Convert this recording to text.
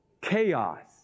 Chaos